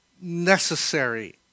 necessary